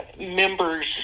members